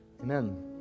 Amen